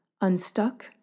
unstuck